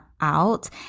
out